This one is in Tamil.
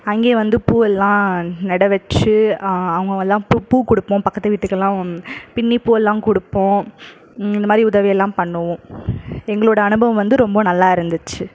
அங்கேயும் வந்து பூவெல்லாம் நட வச்சி அவங்கவெல்லாம் பூ பூ கொடுப்போம் பக்கத்து வீட்டுக்கெல்லாம் பின்னி பூவெல்லாம் கொடுப்போம் இந்தமாதிரி உதவியெல்லாம் பண்ணுவோம் எங்களோடய அனுபவம் வந்து ரொம்ப நல்லா இருந்துச்சு